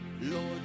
Lord